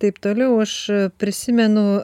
taip toliau aš prisimenu